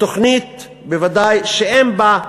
ותוכנית שבוודאי אין בה,